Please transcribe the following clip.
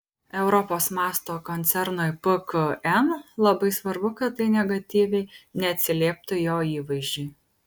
europos mąsto koncernui pkn labai svarbu kad tai negatyviai neatsilieptų jo įvaizdžiui